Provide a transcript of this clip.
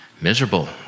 Miserable